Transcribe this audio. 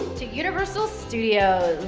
to universal studios.